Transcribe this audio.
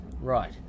right